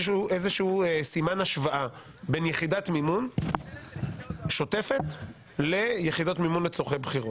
איזשהו סימן השוואה בין יחידת מימון שוטפת ליחידות מימון לצורכי בחירות.